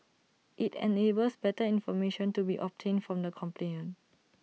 IT enables better information to be obtained from the complainant